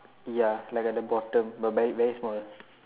ya like at the bottom the very very small